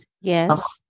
Yes